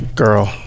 girl